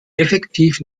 effektiv